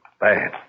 Bad